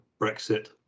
Brexit